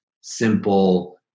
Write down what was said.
simple